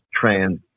trans